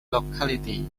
locality